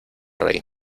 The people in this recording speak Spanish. rey